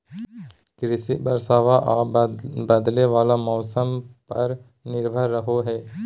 कृषिया बरसाबा आ बदले वाला मौसम्मा पर निर्भर रहो हई